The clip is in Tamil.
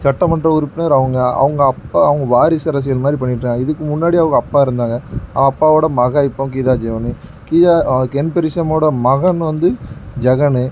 சட்டமன்ற உறுப்பினர் அவங்க அவங்க அப்பா அவங்க வாரிசு அரசியல் மாதிரி பண்ணிகிட்ருக்காங்க இதுக்கு முன்னாடி அவங்க அப்பா இருந்தாங்க அப்பாவோடய மகள் இப்போ கீதா ஜீவன் கீதா கென்பிரிசனோடய மகன் வந்து ஜெகன்